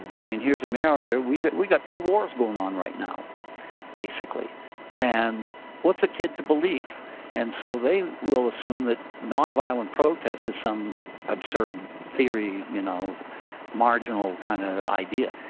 i mean here is america, we but we got two wars going on right now basically and what's a kid to believe and so they will assume that nonviolent protest is some absurd theory, you know marginal kind of idea.